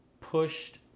pushed